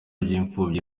by’imfubyi